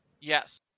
Yes